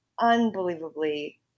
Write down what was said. unbelievably